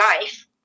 life